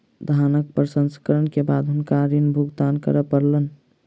धानक प्रसंस्करण के बाद हुनका ऋण भुगतान करअ पड़लैन